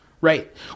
Right